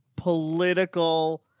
political